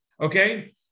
Okay